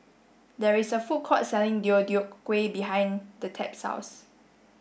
there is a food court selling Deodeok Gui behind the Tab's house